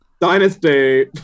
dynasty